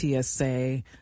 TSA